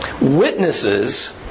Witnesses